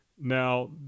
Now